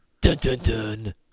Dun-dun-dun